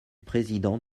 président